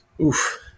Oof